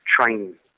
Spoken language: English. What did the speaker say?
train